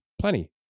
Plenty